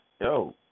yo